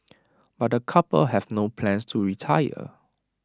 but the couple have no plans to retire